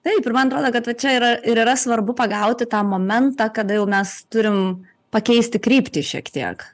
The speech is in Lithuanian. taip ir man atrodo kad va čia yra ir yra svarbu pagauti tą momentą kada jau mes turim pakeisti kryptį šiek tiek